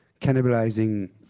cannibalizing